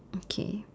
okay